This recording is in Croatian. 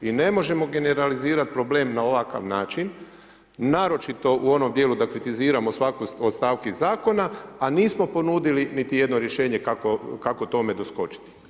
I ne možemo generalizirati problem na ovakav način, naročito u onom djelu da kritiziramo svaku od stavki zakona, a nismo ponudili niti jedno rješenje kako tome doskočiti.